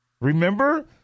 Remember